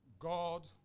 God